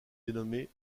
dénommé